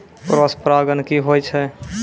Cross परागण की होय छै?